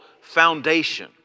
foundation